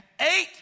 eight